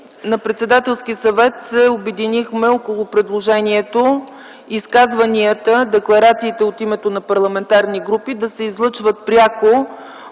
На Председателския съвет се обединихме около предложението изказванията, декларациите от името на парламентарните групи да се излъчват пряко